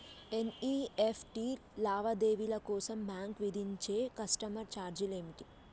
NEFT లావాదేవీల కోసం bank విధించే కస్టమర్ ఛార్జీలు ఏమిటి?